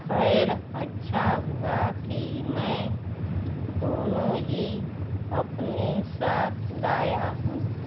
ख़ैर अच्छा हुआ कि मैं दोनों ही अपने साथ लाया हूँ